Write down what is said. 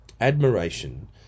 Admiration